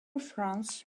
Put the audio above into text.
france